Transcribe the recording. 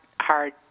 hard